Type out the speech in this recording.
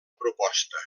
proposta